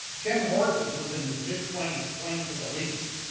tim horton was in his mid twenty s playing for the leafs,